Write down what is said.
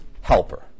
helper